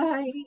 Bye